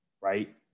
right